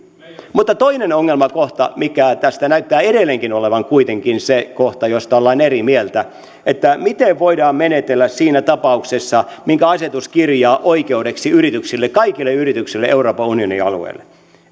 toinen ongelmakohta mikä tässä näyttää edelleenkin olevan kuitenkin se kohta josta ollaan eri mieltä on se miten voidaan menetellä siinä tapauksessa minkä asetus kirjaa oikeudeksi yrityksille kaikille yrityksille euroopan unionin alueelle